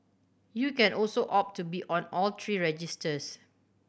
you can also opt to be on all three registers